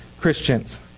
Christians